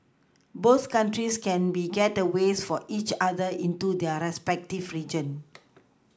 both countries can be gateways for each other into their respective region